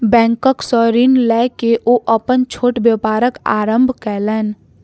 bank सॅ ऋण लय के ओ अपन छोट व्यापारक आरम्भ कयलैन